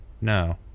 No